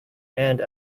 and